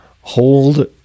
hold